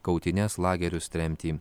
kautynes lagerius tremtį